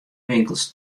winkels